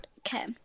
Okay